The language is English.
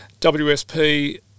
WSP